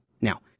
Now